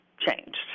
changed